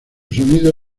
sonido